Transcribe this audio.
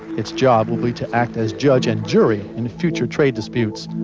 its job will be to act as judge and jury in future trade disputes.